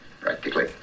Practically